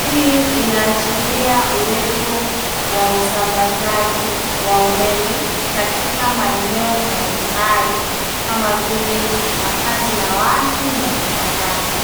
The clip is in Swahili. Hii inaashiria uwepo wa usambazaji wa umeme katika maeneo mbalimbali kama vile makazi ya watu na viwandani.